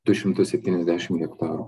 du šimtus septyniasdešim hektarų